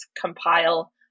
compile